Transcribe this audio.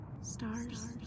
Stars